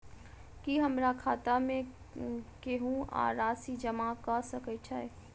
की हमरा खाता मे केहू आ राशि जमा कऽ सकय छई?